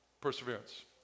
Perseverance